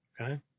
Okay